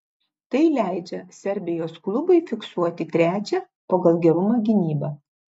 tai leidžia serbijos klubui fiksuoti trečią pagal gerumą gynybą